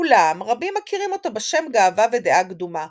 אולם רבים מכירים אותו בשם "גאווה ודעה קדומה",